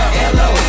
hello